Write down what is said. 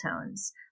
tones